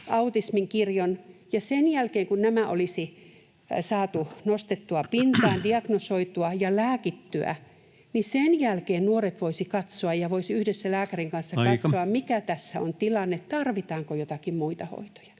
autismikirjoa. Ja sen jälkeen, kun nämä olisi saatu nostettua pintaan, diagnosoitua ja lääkittyä, niin sen jälkeen nuoret voisivat katsoa ja voisivat yhdessä lääkärin kanssa katsoa, [Puhemies: Aika!] mikä tässä on tilanne, tarvitaanko joitakin muita hoitoja.